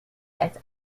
als